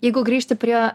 jeigu grįžti prie